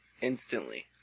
instantly